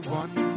one